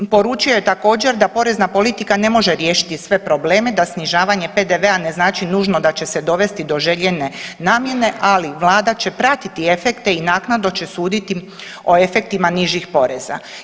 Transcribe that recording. Poručio je također da porezna politika ne može riješiti sve probleme, da snižavanje PDV-a ne znači nužno da će se dovesti do željene namjene, ali vlada će pratiti efekte i naknado će suditi o efektima nižih poreza.